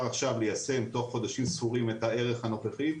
עכשיו ליישם תוך חודשים ספורים את הערך הנוכחי.